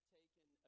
taken